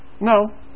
No